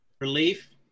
relief